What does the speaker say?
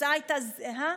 התוצאה הייתה זהה: